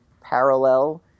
parallel